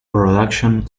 production